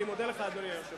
אני מודה לך, אדוני היושב-ראש.